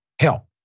Help